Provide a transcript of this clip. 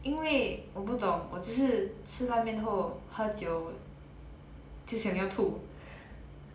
因为我不懂我只是吃拉面后喝酒就想要吐